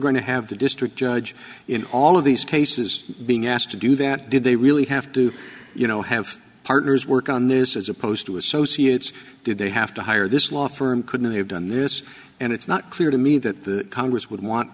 going to have the district judge in all of these cases being asked to do that did they really have to you know have partners work on this as opposed to associates did they have to hire this law firm couldn't have done this and it's not clear to me that the congress would want